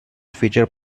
feature